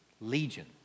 legion